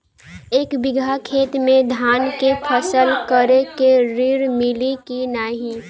एक बिघा खेत मे धान के फसल करे के ऋण मिली की नाही?